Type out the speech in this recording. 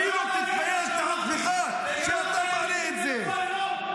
אפילו תתבייש בעצמך שאתה מעלה את זה.